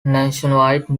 nationwide